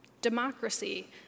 Democracy